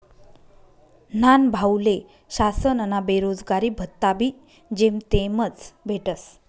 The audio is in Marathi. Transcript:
न्हानभाऊले शासनना बेरोजगारी भत्ताबी जेमतेमच भेटस